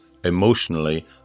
emotionally